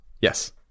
Yes